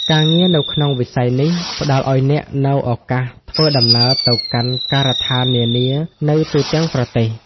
ការងារនៅក្នុងវិស័យនេះផ្តល់ឱ្យអ្នកនូវឱកាសធ្វើដំណើរទៅកាន់ការដ្ឋាននានានៅទូទាំងប្រទេស។